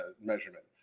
measurement